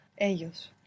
ellos